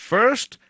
First